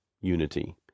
unity